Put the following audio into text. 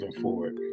forward